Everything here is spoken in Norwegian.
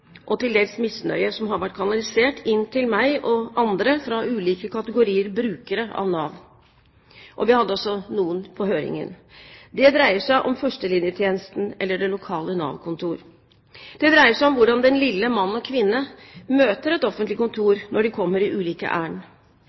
og til dels misnøye som har vært kanalisert inn til meg og andre fra ulike kategorier brukere av Nav. Og vi hadde også noen på høringen. Det dreier seg om førstelinjetjenesten – eller det lokale Nav-kontor. Det dreier seg om hvordan den lille mann og kvinne møter et offentlig kontor når de kommer i ulike ærend.